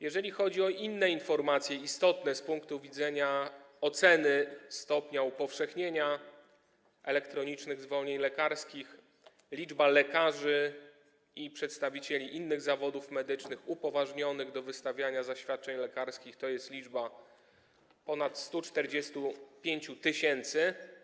Jeżeli chodzi o inne informacje istotne z punktu widzenia oceny stopnia upowszechnienia elektronicznych zwolnień lekarskich - liczba lekarzy i przedstawicieli innych zawodów medycznych upoważnionych do wystawiania zaświadczeń lekarskich przekracza 145 tys.